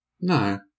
No